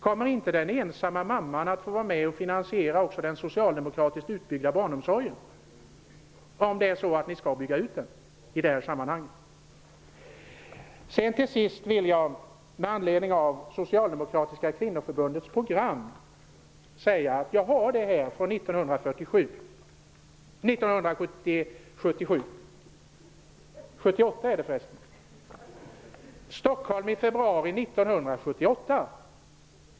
Kommer inte den ensamma mamman att få vara med och finansiera också den socialdemokratiskt utbyggda barnomsorgen om det är så att ni skall bygga ut den? Jag vill till sist säga att jag har Socialdemokratiska kvinnoförbundets program från 1978 här. Det är undertecknat i Stockholm i februari 1978.